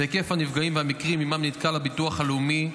ולהיקף הנפגעים והמקרים שבהם נתקל הביטוח הלאומי.